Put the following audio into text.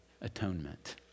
atonement